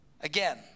Again